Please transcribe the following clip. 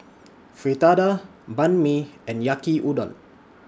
Fritada Banh MI and Yaki Udon